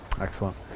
Excellent